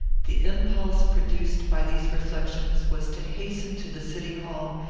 the impulse produced by these reflections was to hasten to the city hall,